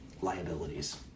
liabilities